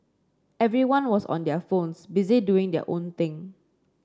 everyone was on their phones busy doing their own thing